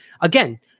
again